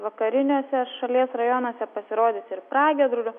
vakariniuose šalies rajonuose pasirodys ir pragiedrulių